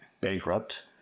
bankrupt